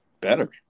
better